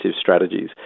strategies